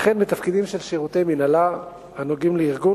וכן בתפקידים של שירותי מינהלה הנוגעים לארגון